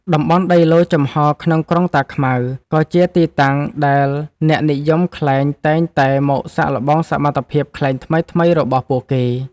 តំបន់ដីឡូតិ៍ចំហរក្នុងក្រុងតាខ្មៅ ក៏ជាទីតាំងដែលអ្នកនិយមខ្លែងតែងតែមកសាកល្បងសមត្ថភាពខ្លែងថ្មីៗរបស់ពួកគេ។